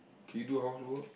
can you do housework